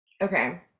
Okay